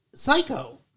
Psycho